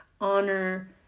honor